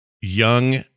young